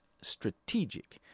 strategic